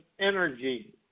energy